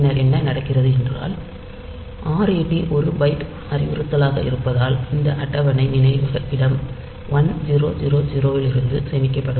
பின்னர் என்ன நடக்கிறது என்றால் ret 1 பைட் அறிவுறுத்தலாக இருப்பதால் இந்த அட்டவணை நினைவக இடம் 1000 இலிருந்து சேமிக்கப்படும்